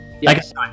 yes